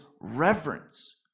reverence